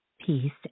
Peace